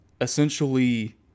essentially